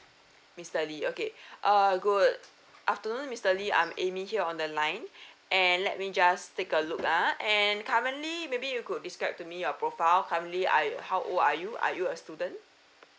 mister lee okay err good afternoon mister lee I'm amy here on the line and let me just take a look ah and currently maybe you could describe to me your profile currently are you how old are you are you a student